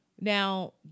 Now